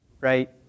right